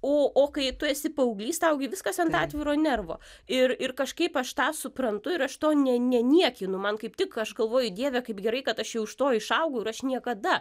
o o kai tu esi paauglys tau gi viskas ant atviro nervo ir ir kažkaip aš tą suprantu ir aš to ne ne neniekinu man kaip tik aš galvoju dieve kaip gerai kad aš jau iš to išaugau ir aš niekada